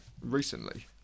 Recently